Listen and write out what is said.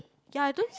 ya I don't